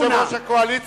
אני אתן לך רשימה,